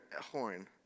horn